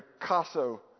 Picasso